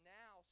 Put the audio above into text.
now